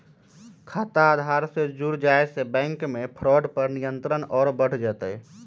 खाता आधार से जुड़ जाये से बैंक मे फ्रॉड पर नियंत्रण और बढ़ जय तय